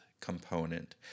component